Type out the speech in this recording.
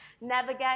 navigate